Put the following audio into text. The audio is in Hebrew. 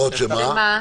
שאומרות שמה?